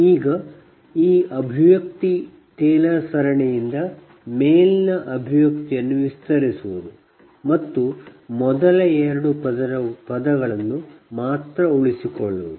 ಈಗ ಟೇಲರ್ ಸರಣಿಯಿಂದ ಮೇಲಿನ ಅಭಿವ್ಯಕ್ತಿಯನ್ನು ವಿಸ್ತರಿಸುವುದು ಮತ್ತು ಮೊದಲ 2 ಪದಗಳನ್ನು ಮಾತ್ರ ಉಳಿಸಿಕೊಳ್ಳುವುದು